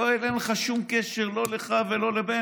יואל, אין לך שום קשר, לך ולבנט,